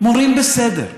מורים בסדר.